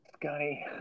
Scotty